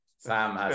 Sam